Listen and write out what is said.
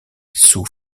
sous